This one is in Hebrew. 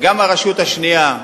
גם הרשות השנייה,